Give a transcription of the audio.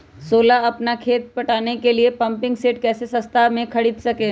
सोलह अपना खेत को पटाने के लिए पम्पिंग सेट कैसे सस्ता मे खरीद सके?